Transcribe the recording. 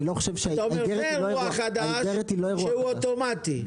אתה אומר: זה אירוע חדש שהוא אוטומטי.